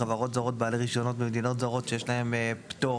חברות זרות בעלי רישיונות במדינות זרות שיש להן פטור